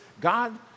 God